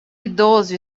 idoso